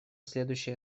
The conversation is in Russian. следующий